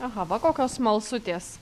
aha va kokios smalsutės